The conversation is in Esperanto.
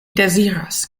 deziras